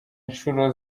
nshuro